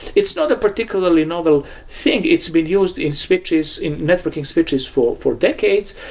it's not a particularly novel thing. it's been used in switches, in networking switches for for decades.